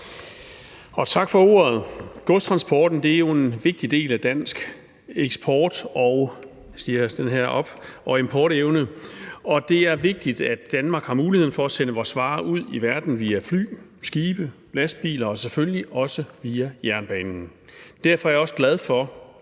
og tak for ordet. Godstransporten er jo en vigtig del af dansk eksport- og importevne, og det er vigtigt, at Danmark har mulighed for at sende vores varer ud i verden via fly, skibe, lastbiler og selvfølgelig også via jernbanen. Derfor er jeg også glad for,